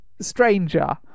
stranger